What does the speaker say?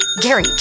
Gary